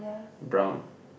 brown